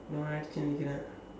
no I have to